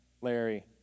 Larry